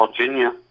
Virginia